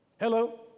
Hello